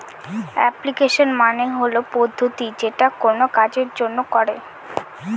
application মানে হল পদ্ধতি যেটা কোনো কাজের জন্য করে